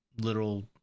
little